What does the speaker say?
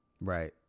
Right